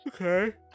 Okay